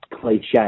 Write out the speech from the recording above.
cliche